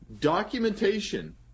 documentation